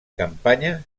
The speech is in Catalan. campanya